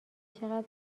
چقدر